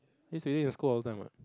I used to eat in school all the time what